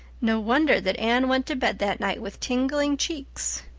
no wonder that anne went to bed that night with tingling cheeks!